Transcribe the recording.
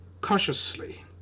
consciously